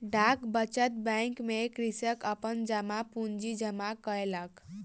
डाक बचत बैंक में कृषक अपन जमा पूंजी जमा केलक